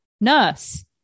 nurse